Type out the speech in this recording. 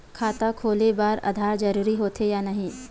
खाता खोले बार आधार जरूरी हो थे या नहीं?